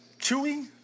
Chewy